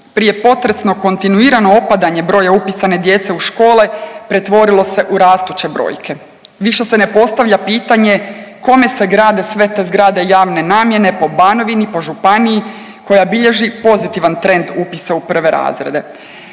Prije potresno kontinuirano opadanje broja upisane djece u škole pretvorilo se u rastuće brojke, više se ne postavlja pitanje kome se grade sve te zgrade javne namjene po Banovini, po županiji koja bilježi pozitivan trend upisa u prve razrede.